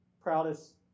proudest